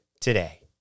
today